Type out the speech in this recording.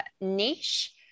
niche